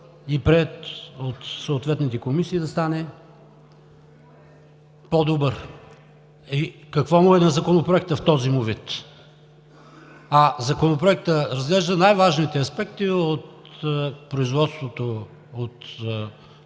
и приет от съответните комисии, да стане по-добър. Какво му е на Законопроекта в този му вид? Законопроектът разглежда най-важните аспекти от производството на